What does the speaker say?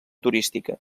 turística